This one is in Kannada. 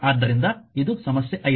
ಆದ್ದರಿಂದ ಇದು ಸಮಸ್ಯೆ 5